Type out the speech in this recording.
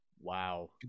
Wow